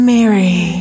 Mary